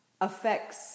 affects